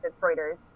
detroiters